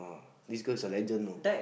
this girl's a legend you know